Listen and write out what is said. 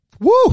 Woo